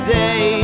day